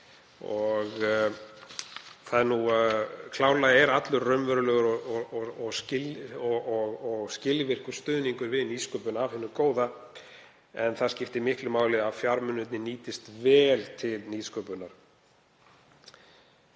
verkefni. Klárlega er allur raunverulegur og skilvirkur stuðningur við nýsköpun af hinu góða og það skiptir miklu máli að fjármunirnir nýtist vel til nýsköpunar.